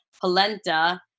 Polenta